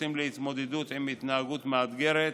קורסים להתמודדות עם התנהגות מאתגרת,